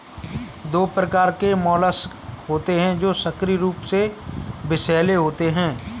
दो प्रकार के मोलस्क होते हैं जो सक्रिय रूप से विषैले होते हैं